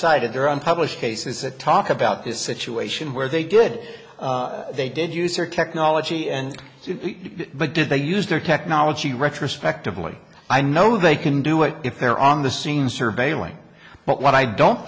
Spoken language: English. cited there on published cases that talk about this situation where they did they did use their technology and but did they use their technology retrospectively i know they can do it if they're on the scene surveilling but what i don't